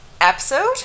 episode